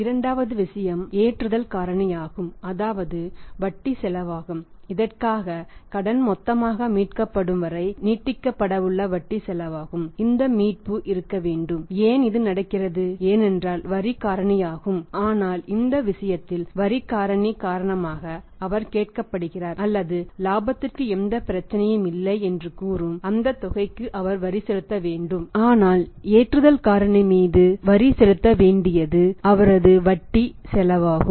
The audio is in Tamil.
இரண்டாவது விஷயம் லோடிங் ஃபேக்டர் மீது வரி செலுத்த வேண்டியது அவரது வட்டி செலவு ஆகும்